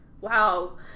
wow